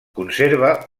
conserva